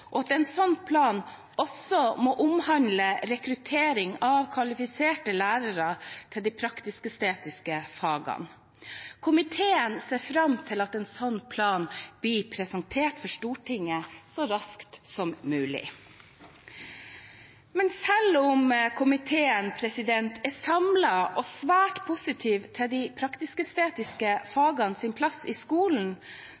og at en slik plan også må omhandle rekruttering av kvalifiserte lærere til de praktisk-estetiske fagene. Komiteen ser fram til at en slik plan blir presentert for Stortinget så raskt som mulig. Men selv om komiteen samlet er svært positiv til de